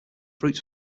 fruits